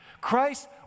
Christ